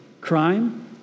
crime